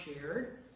shared